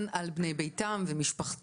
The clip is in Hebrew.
וכמובן על בני ביתם ומשפחתם,